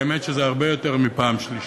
האמת שזה הרבה יותר מפעם שלישית.